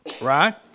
Right